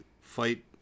fight